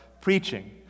preaching